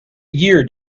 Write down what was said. year